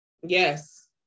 Yes